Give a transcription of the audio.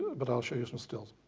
but i'll show you some stills.